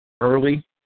early